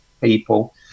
people